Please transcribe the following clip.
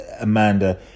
Amanda